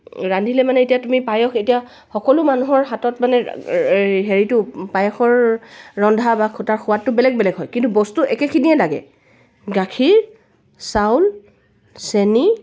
ৰান্ধিলে মানে এতিয়া তুমি পায়স এতিয়া সকলো মানুহৰ হাতত মানে হেৰিটো পায়সৰ ৰন্ধা বা তাৰ সোৱাদটো বেলেগ বেলেগ হয় কিন্তু বস্তু একেখিনিয়ে লাগে গাখীৰ চাউল চেনি